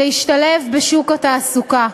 להשתלב בשוק התעסוקה.